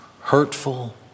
hurtful